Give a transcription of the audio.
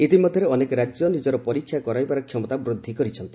ଇତିମଧ୍ୟରେ ଅନେକ ରାଜ୍ୟ ନିଜର ପରୀକ୍ଷା କରାଇବାର କ୍ଷମତା ବୃଦ୍ଧି କରିଛନ୍ତି